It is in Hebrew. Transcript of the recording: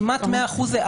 כמעט 100 אחוזים,